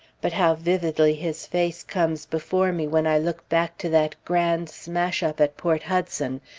but how vividly his face comes before me when i look back to that grand smash-up at port hudson,